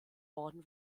worden